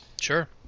Sure